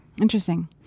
Interesting